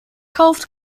kauft